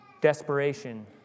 desperation